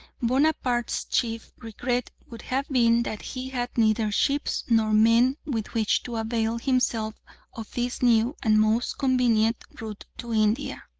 bonaparte's chief regret would have been that he had neither ships nor men with which to avail himself of this new and most convenient route to india.